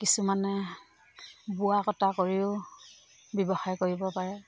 কিছুমানে বোৱা কটা কৰিও ব্যৱসায় কৰিব পাৰে